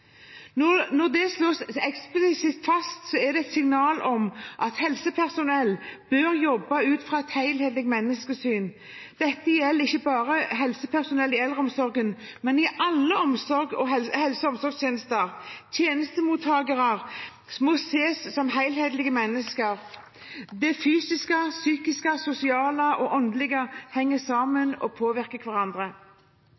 Når dette slås eksplisitt fast, er det et signal om at helsepersonell bør jobbe ut fra et helhetlig menneskesyn. Dette gjelder ikke bare helsepersonell i eldreomsorgen, men i alle helse- og omsorgstjenester. Tjenestemottakere må ses på som helhetlige mennesker. Det fysiske, psykiske, sosiale og åndelige henger